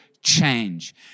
change